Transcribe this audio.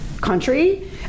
country